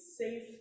safe